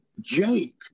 Jake